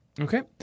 Okay